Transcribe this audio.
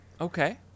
Okay